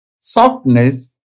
softness